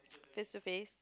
face to face